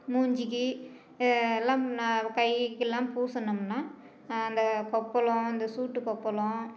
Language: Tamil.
மூஞ்சிக்கு எல்லாம் கையிக்கெலாம் பூசினோம்னா அந்த கொப்பளம் அந்த சூட்டுக் கொப்பளம்